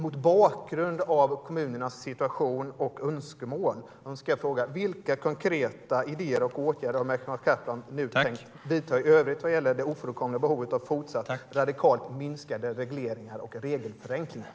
Mot bakgrund av kommunernas situation och önskemål vill jag fråga: Vilka konkreta åtgärder har Mehmet Kaplan nu tänkt vidta vad gäller det ofrånkomliga behovet av fortsatt radikalt minskade regleringar och fortsatta regelförenklingar?